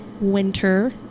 winter